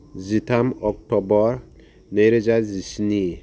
जिथाम अक्टबर नै रोजा जिस्नि